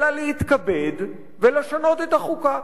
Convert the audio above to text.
אלא להתכבד ולשנות את החוקה.